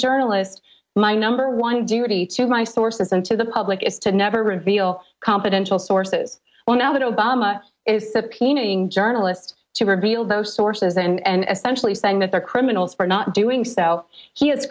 journalist my number one duty to my sources and to the public is to never reveal confidential sources well now that obama is subpoenaing journalists to reveal those sources and essentially saying that they're criminals for not doing so he i